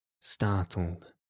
startled